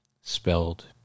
spelled